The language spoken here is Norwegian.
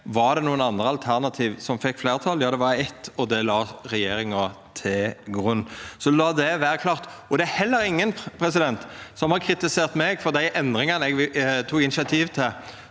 Var det nokon andre alternativ som fekk fleirtal? Ja, det var eitt, og det la regjeringa til grunn, så la det vera klart. Det er heller ingen som har kritisert meg for dei endringane eg tok initiativ til